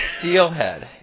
Steelhead